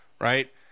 right